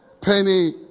penny